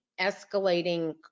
escalating